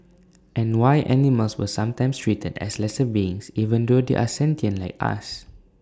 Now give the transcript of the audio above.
and why animals were sometimes treated as lesser beings even though they are sentient like us